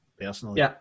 personally